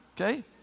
okay